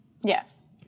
yes